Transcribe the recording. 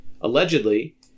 allegedly